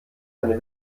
eine